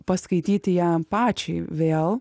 paskaityti ją pačiai vėl